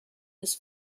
his